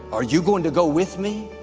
are you going to go with me?